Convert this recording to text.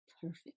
perfect